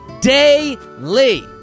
Daily